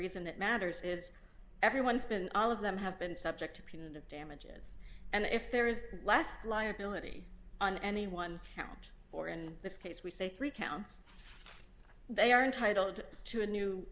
reason it matters is everyone's been all of them have been subject to punitive damages and if there is last liability on any one count or in this case we say three counts they are entitled to a new